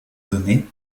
données